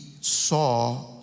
saw